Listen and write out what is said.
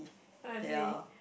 oh I see